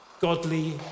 godly